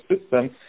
system